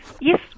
Yes